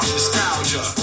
Nostalgia